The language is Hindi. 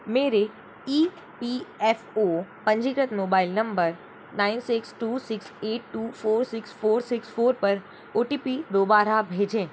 मेरे ई पी एफ ओ पंजीकृत mobile number nine six two six eight two four six four six four पर ओ टी पी दोबारा भेजें